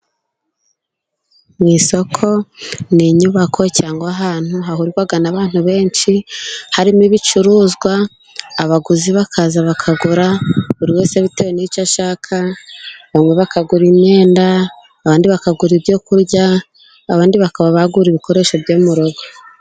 Mu isoko ni inyubako cyangwa ahantu hahurirwa n'abantu benshi harimo ibicuruzwa, abaguzi bakaza bakagura buri wese bitewe n'icyo ashaka, bamwe bakagura imyenda, abandi bakagura ibyo kurya, abandi bakaba bagura ibikoresho byo mu rugo.